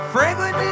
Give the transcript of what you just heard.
Franklin